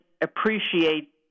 appreciate